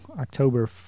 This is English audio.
October